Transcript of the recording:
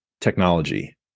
technology